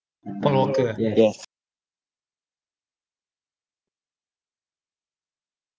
paul walker ah